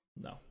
No